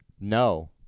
No